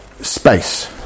space